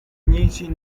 nyinshi